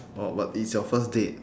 oh but it's your first date